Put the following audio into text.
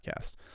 podcast